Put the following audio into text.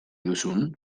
duzun